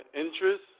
interest